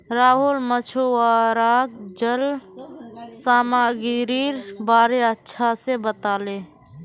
राहुल मछुवाराक जल सामागीरीर बारे अच्छा से बताले